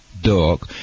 dog